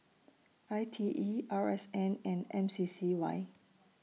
I T E R S N and M C C Y